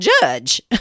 judge